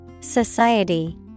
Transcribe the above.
Society